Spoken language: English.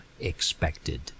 expected